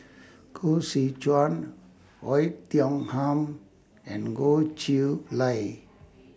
Koh Seow Chuan Oei Tiong Ham and Goh Chiew Lye